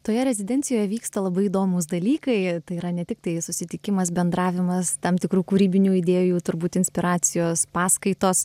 toje rezidencijoje vyksta labai įdomūs dalykai tai yra ne tiktai susitikimas bendravimas tam tikrų kūrybinių idėjų turbūt inspiracijos paskaitos